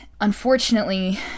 Unfortunately